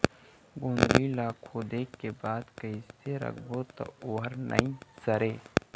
गोंदली ला खोदे के बाद कइसे राखबो त ओहर नई सरे?